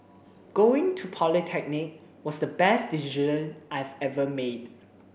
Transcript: going to polytechnic was the best decision I've ever made